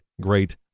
great